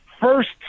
first